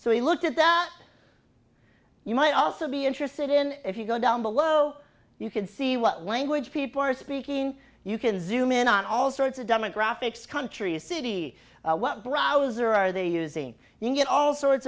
so we looked at that you might also be interested in if you go down below you can see what language people are speaking you can zoom in on all sorts of demographics country city what browser are they using you get all sorts